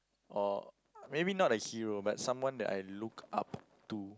or maybe not like hero but someone that I look up to